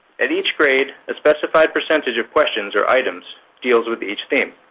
at each grade, a specified percentage of questions or items deals with each theme.